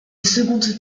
seconde